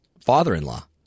father-in-law